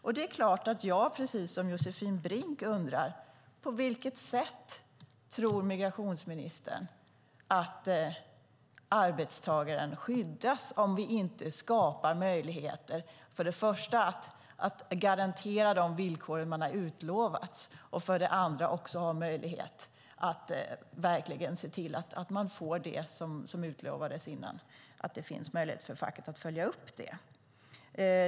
Jag undrar, precis som Josefin Brink: På vilket sätt tror migrationsministern att arbetstagaren skyddas om vi inte skapar möjligheter att garantera de villkor man har lovats och verkligen ser till att det finns möjlighet för facket att följa upp det?